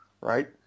right